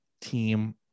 team